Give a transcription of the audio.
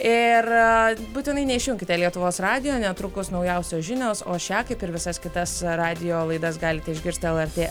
ir būtinai neišjunkite lietuvos radijo netrukus naujausios žinios o šią kaip ir visas kitas radijo laidas galite išgirsti lrt